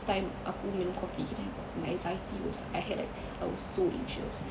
time minum coffee then aku my anxiety was like I had like I was so anxious